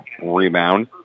rebound